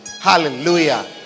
Hallelujah